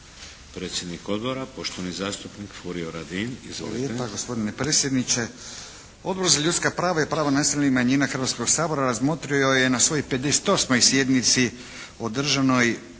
Predsjednik Odbora, poštovani zastupnik Furio Radin. Izvolite.